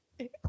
Okay